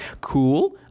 cool